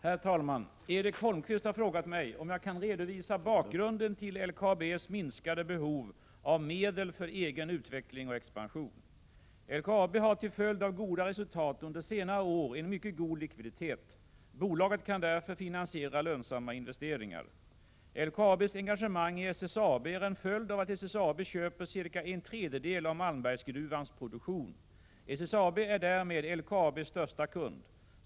Herr talman! Erik Holmkvist har frågat mig om jag kan redovisa bakgrunden till LKAB:s minskade behov av medel för egen utveckling och expansion. LKAB har till följd av goda resultat under senare år en mycket god likviditet. Bolaget kan därför finansiera lönsamma investeringar. LKAB:s engagemang i SSAB är en följd av att SSAB köper cirka en tredjedel av Malmbergsgruvans produktion. SSAB är därmed LKAB:s största kund.